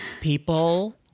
People